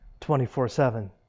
24-7